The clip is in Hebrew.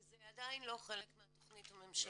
זה עדיין לא חלק מהתכנית הממשלתית.